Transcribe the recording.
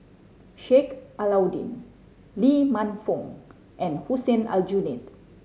Sheik Alau'ddin Lee Man Fong and Hussein Aljunied